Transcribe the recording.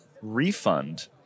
refund